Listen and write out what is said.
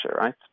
right